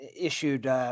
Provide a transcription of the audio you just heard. issued